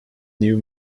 new